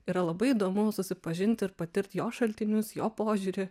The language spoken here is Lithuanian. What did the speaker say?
yra labai įdomu susipažint ir patirt jo šaltinius jo požiūrį